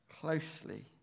closely